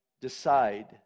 decide